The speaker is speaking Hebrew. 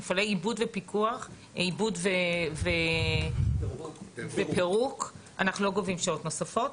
מפעלי פיקוח עיבוד ופירוק אנחנו לא גובים שעות נוספות.